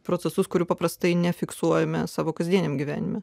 procesus kurių paprastai nefiksuojame savo kasdieniame gyvenime